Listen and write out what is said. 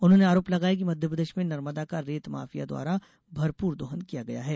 उन्होंने आरोप लगाए की मप्र में नर्मदा का रेत माफिया द्वारा भरपूर दोहन किया गया है